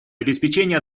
обеспечение